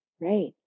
Right